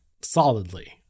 solidly